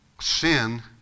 Sin